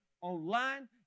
online